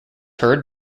heard